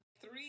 three